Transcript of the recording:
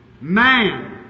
man